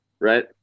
Right